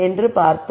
என்று பார்த்தோம்